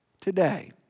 today